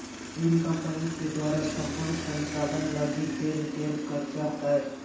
ऋण कम्पनी के द्वारा सम्पूर्ण संचालन लगी देल गेल कर्जा हइ